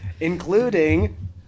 including